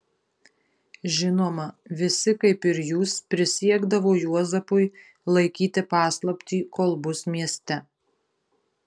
žinoma visi kaip ir jūs prisiekdavo juozapui laikyti paslaptį kol bus mieste